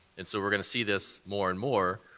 and so we're going to see this more and more